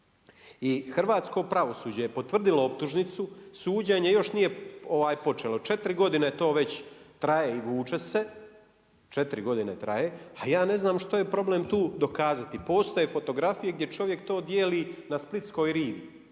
I hrvatsko pravosuđe je potvrdilo optužnicu, suđenje još nije počelo. 4 godine to već traje i vuče se, 4 godine traje, a ja ne znam što je problem tu dokazati. Postoje fotografije gdje čovjek to dijeli na splitskoj rivi,